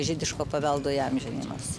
žydiško paveldo įamžinimas